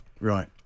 Right